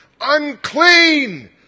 Unclean